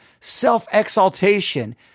self-exaltation